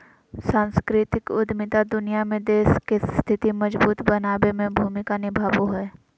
सांस्कृतिक उद्यमिता दुनिया में देश के स्थिति मजबूत बनाबे में भूमिका निभाबो हय